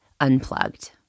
Unplugged